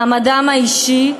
מעמדם האישי,